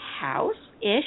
house-ish